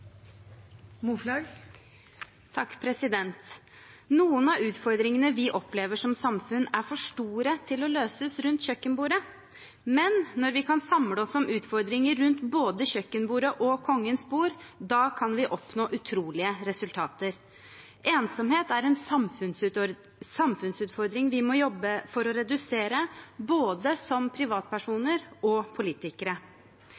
for store til å løses rundt kjøkkenbordet. Men når vi kan samle oss om utfordringer rundt både kjøkkenbordet og Kongens bord, kan vi oppnå utrolige resultater. Ensomhet er en samfunnsutfordring vi må jobbe for å redusere, både som